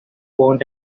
want